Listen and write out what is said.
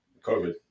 COVID